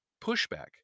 pushback